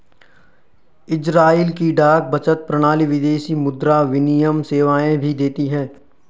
Israel की डाक बचत प्रणाली विदेशी मुद्रा विनिमय सेवाएं भी देती है